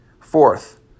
Fourth